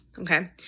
Okay